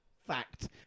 fact